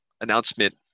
announcement